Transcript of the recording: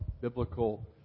biblical